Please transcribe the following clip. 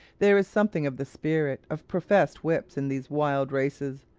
there is something of the spirit of professed whips in these wild races,